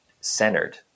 centered